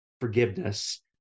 forgiveness